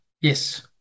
Yes